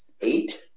Eight